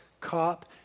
cop